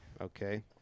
Okay